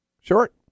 short